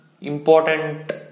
important